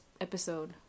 episode